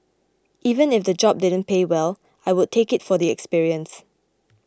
even if the job didn't pay well I would take it for the experience